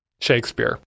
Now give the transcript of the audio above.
Shakespeare